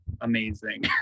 amazing